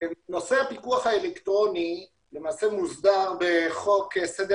נושא הפיקוח האלקטרוני מוסדר בחוק סדר